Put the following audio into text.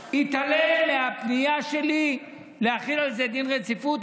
הוא התעלם מהפנייה שלי להחיל על זה דין רציפות,